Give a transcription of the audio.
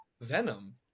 venom